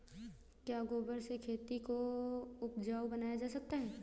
क्या गोबर से खेती को उपजाउ बनाया जा सकता है?